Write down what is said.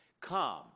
Come